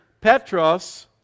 Petros